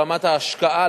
ברמת ההשקעה,